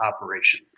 operation